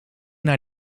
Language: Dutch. naar